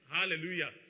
Hallelujah